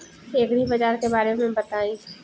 एग्रीबाजार के बारे में बताई?